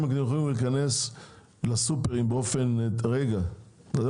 הקטנים יוכלו להיכנס לסופרים באופן כזה --- רגע,